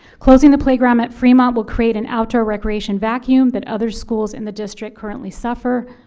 closing the playground at fremont will create an outdoor recreation vacuum that other schools in the district currently suffer.